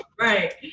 Right